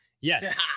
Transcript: yes